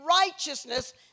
righteousness